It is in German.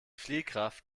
fliehkraft